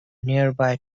nearby